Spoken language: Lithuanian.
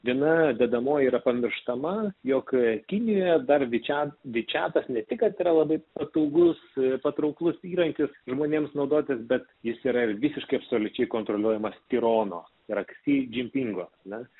viena dedamoji yra pamirštama jog ką kinija dar vyčiams didžiavosi ne tik kad yra labai patogus ir patrauklus įrankis žmonėms naudotis bet jis yra visiškai absoliučiai kontroliuojamas tirono ir aktyviai gyvybingo nes